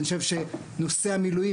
אני חושב שנושא המילואים,